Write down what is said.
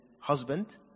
husband